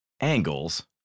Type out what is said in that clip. angles